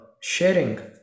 sharing